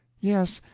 yes,